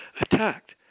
attacked